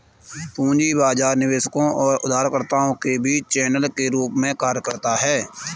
पूंजी बाजार निवेशकों और उधारकर्ताओं के बीच चैनल के रूप में कार्य करता है